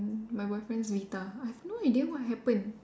my boyfriend's Vita I've no idea what happened